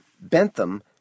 Bentham